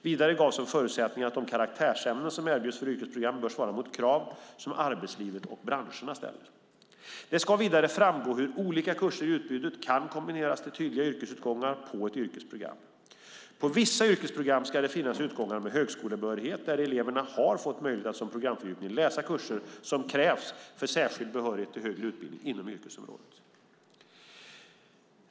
Vidare gavs som förutsättning att de karaktärsämnen som erbjuds för yrkesprogram bör svara mot krav som arbetslivet och branscherna ställer. Det ska vidare framgå hur olika kurser i utbudet kan kombineras till tydliga yrkesutgångar på ett yrkesprogram. På vissa yrkesprogram ska det finnas utgångar med högskolebehörighet där eleverna har fått möjlighet att som programfördjupning läsa kurser som krävs för särskild behörighet till högre utbildning inom yrkesområdet.